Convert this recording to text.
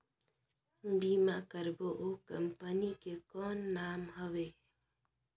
बीमा करबो ओ कंपनी के कौन नाम हवे?